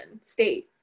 State